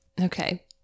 okay